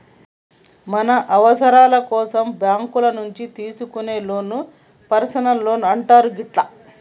మన అవసరాల కోసం బ్యేంకుల నుంచి తీసుకునే లోన్లను పర్సనల్ లోన్లు అంటారు గిట్లా